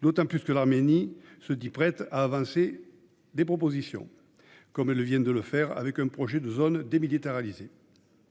d'autant que l'Arménie se dit prête à avancer des propositions. Elle vient de le faire avec son projet de zone démilitarisée.